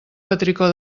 petricó